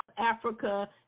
Africa